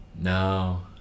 No